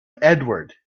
edward